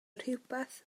rhywbeth